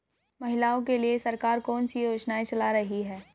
महिलाओं के लिए सरकार कौन सी योजनाएं चला रही है?